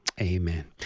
Amen